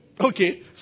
Okay